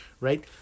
right